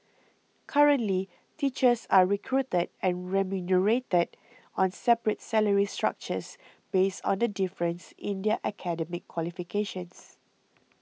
currently teachers are recruited and remunerated on separate salary structures based on the difference in their academic qualifications